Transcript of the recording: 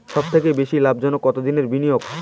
সবথেকে বেশি লাভজনক কতদিনের বিনিয়োগ?